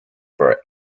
for